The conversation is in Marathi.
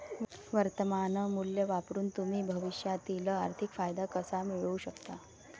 वर्तमान मूल्य वापरून तुम्ही भविष्यातील आर्थिक फायदा कसा मिळवू शकता?